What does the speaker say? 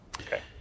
Okay